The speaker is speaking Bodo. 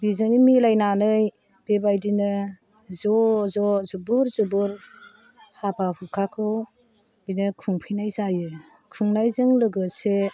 बेजोंनो मिलायनानै बेबादिनो ज' ज' जुबुर जुबुर हाबा हुखाखौ बिदिनो खुंफैनाय जायो खुंनायजों लोगोसे